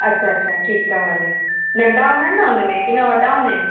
अच्छा अच्छा ठीक आहे हले नंढा हूंदा आहिनि ना उन में की न वॾा हूंदा आहिनि